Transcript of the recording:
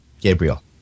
Gabriel